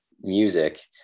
music